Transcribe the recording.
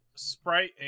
Sprite